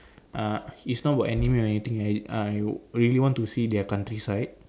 uh it's not about anime or anything right I would really want to see their countryside